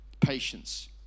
patience